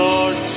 Lord